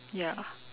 ya